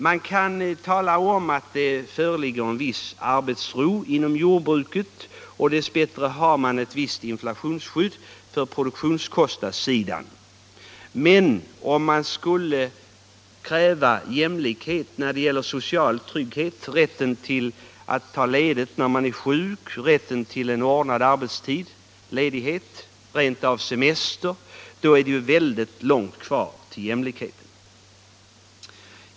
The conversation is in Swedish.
Det kan sägas att det föreligger en viss arbetsro inom jordbruket, och dess bättre har man ett visst inflationsskydd för produktionskostnadssidan, men om man skulle kräva jämlikhet när det gäller den sociala tryggheten, rätten till att ta ledigt när man är sjuk, rätten till en ordnad arbetstid, ledighet, rent av semester, då är det väldigt långt kvar till jämlikhet.